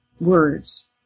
words